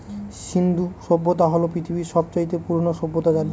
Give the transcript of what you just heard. সিন্ধু সভ্যতা হল পৃথিবীর সব চাইতে পুরোনো সভ্যতা জানি